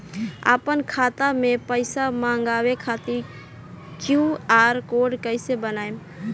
आपन खाता मे पैसा मँगबावे खातिर क्यू.आर कोड कैसे बनाएम?